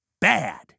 bad